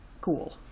cool